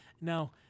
Now